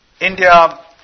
India